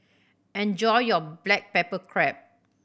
enjoy your black pepper crab